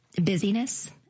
busyness